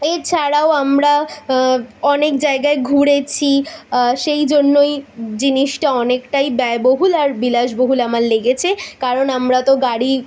এছাড়াও আমরা অনেক জায়গায় ঘুরেছি সেই জন্যই জিনিসটা অনেকটাই ব্যয়বহুল আর বিলাসবহুল আমার লেগেছে কারণ আমরা তো গাড়ি